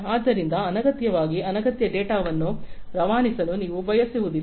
ಆದ್ದರಿಂದ ಅನಗತ್ಯವಾಗಿ ಅನಗತ್ಯ ಡೇಟಾವನ್ನು ರವಾನಿಸಲು ನೀವು ಬಯಸುವುದಿಲ್ಲ